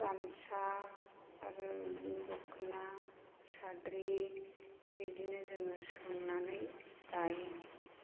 गामसा आरो बिदिनो दखना साद्रि बिदिनो जोङो सोंनानै दायो